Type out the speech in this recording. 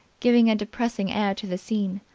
giving a depressing air to the scene,